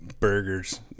burgers